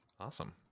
Awesome